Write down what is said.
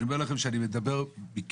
אני אומר לכם שאני מדבר בכאב.